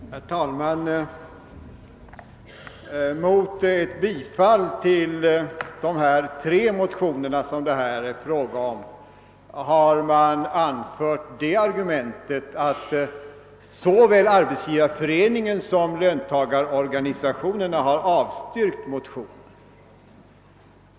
Herr talman! Mot ett bifall till de tre motioner som det här är fråga om har anförts att såväl Arbetsgivareföreningen som löntagarorganisationerna har avstyrkt motionerna.